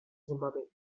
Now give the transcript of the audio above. zimbabwe